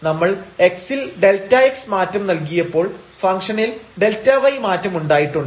നമ്മൾ x ൽ Δx മാറ്റം നൽകിയപ്പോൾ ഫംഗ്ഷനിൽ Δy മാറ്റമുണ്ടായിട്ടുണ്ട്